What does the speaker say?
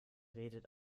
redet